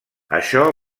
això